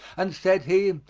and said he,